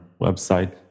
website